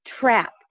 trapped